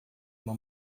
uma